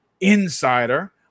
insider